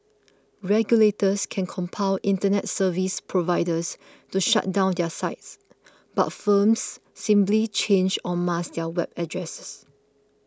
regulators can compel Internet service providers to shut down their sites but firms simply change or mask their web addresses